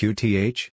Qth